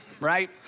right